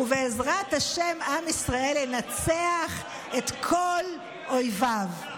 ובעזרת השם עם ישראל ינצח את כל אויביו.